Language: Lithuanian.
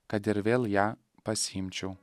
kad ir vėl ją pasiimčiau